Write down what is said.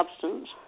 substance